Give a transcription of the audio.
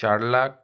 চার লাখ